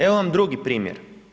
Evo vam drugi primjer.